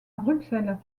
bruxelles